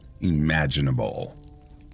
imaginable